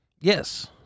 Yes